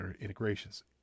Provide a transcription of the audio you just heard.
integrations